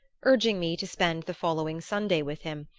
urging me to spend the following sunday with him,